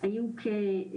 שדילגנו עליו קודם,